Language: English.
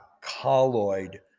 colloid